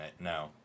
no